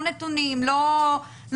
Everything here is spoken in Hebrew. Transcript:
לא נתונים ולא